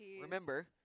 remember –